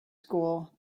school